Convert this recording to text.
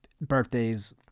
birthdays